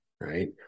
right